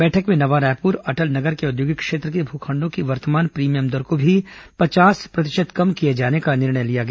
बैठक में नवा रायपुर अटल नगर के औद्योगिक क्षेत्र के भूखंडों की वर्तमान प्रीमियम दर को भी पचास प्रतिशत कम किए जाने का निर्णय लिया गया